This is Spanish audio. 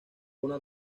una